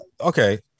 okay